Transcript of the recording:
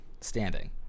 standing